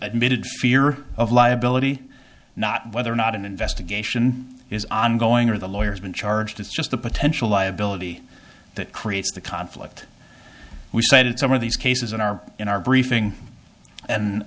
admitted fear of liability not whether or not an investigation is ongoing or the lawyers been charged it's just the potential liability that creates the conflict we said at some of these cases in our in our briefing and